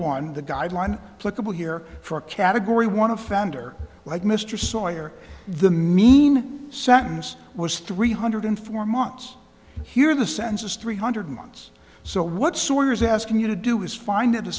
one the guideline clickable here for a category one offender like mr sawyer the mean sentence was three hundred four months here the census three hundred months so what so where is asking you to do is find it a